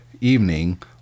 evening